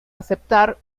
aceptar